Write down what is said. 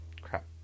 crap